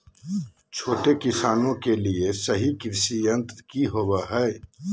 छोटे किसानों के लिए सही कृषि यंत्र कि होवय हैय?